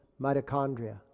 mitochondria